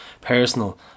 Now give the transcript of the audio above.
personal